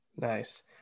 nice